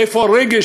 איפה הרגש?